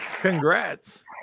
congrats